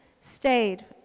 stayed